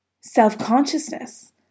self-consciousness